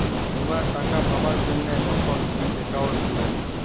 বীমার টাকা পাবার জ্যনহে যখল ইক একাউল্ট খুলে